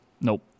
Nope